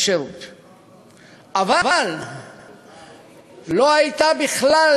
אבל לא הייתה בכלל